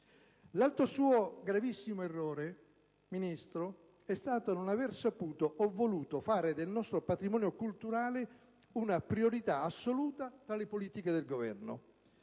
L'altro suo gravissimo errore, signor Ministro, è stato non aver saputo o voluto fare del nostro patrimonio culturale una priorità assoluta tra le politiche del Governo;